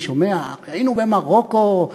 אני שומע: היינו במרוקו,